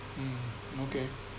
mm okay